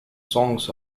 songs